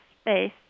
space